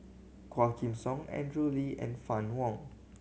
Quah Kim Song Andrew Lee and Fann Wong